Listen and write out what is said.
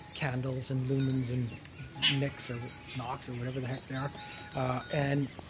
candles and lumins and nicks or knocks or whatever the heck they are. and